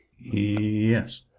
yes